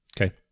Okay